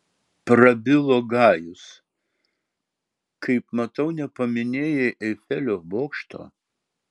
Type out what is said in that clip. prabilo gajus kaip matau nepaminėjai eifelio bokšto